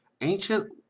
ancient